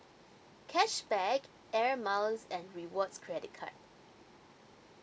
cashback air miles and rewards credit card